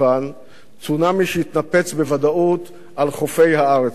צונאמי שיתנפץ בוודאות על חופי הארץ הזאת.